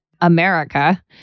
America